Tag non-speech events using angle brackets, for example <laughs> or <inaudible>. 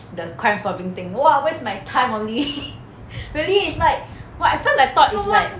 the crime solving thing !wah! waste my time only <laughs> really is like !wah! at first I thought is like